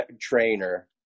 trainer